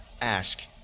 ask